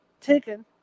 Taken